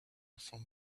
from